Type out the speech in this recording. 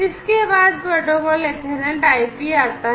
इसके बाद protocol Ethernet IP आता है